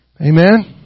Amen